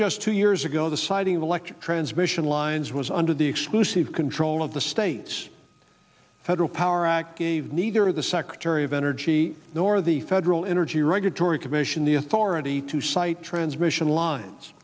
just two years ago the citing of electric transmission lines was under the exclusive control of the state's federal power act gave neither the secretary of energy nor the federal energy regulatory commission the authority to cite transmission lines